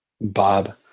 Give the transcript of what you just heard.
Bob